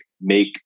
make